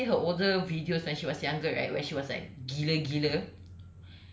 and then like when I see her older videos when she was younger right when she was like gila gila